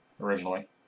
originally